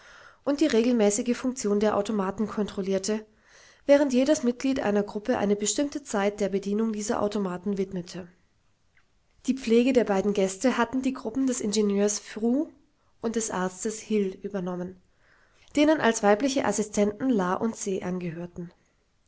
und die regelmäßige funktion der automaten kontrollierte während jedes mitglied einer gruppe eine bestimmte zeit der bedienung dieser automaten widmete die pflege der beiden gäste hatten die gruppen des ingenieurs fru und des arztes hil übernommen denen als weibliche assistenten la und se angehörten